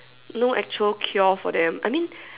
no actual cure for them I mean